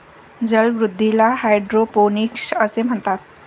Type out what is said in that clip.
जलवृद्धीला हायड्रोपोनिक्स असे म्हणतात